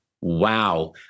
Wow